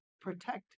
protect